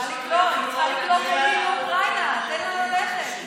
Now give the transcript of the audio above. היא צריכה לקלוט עולים מאוקראינה, תן לה ללכת.